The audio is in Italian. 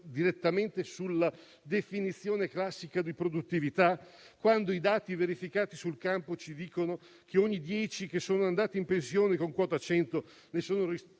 direttamente sulla definizione classica di produttività, quando i dati verificati sul campo ci dicono che, ogni dieci lavoratori che sono andati in pensione con quota 100, ne sono stati